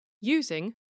using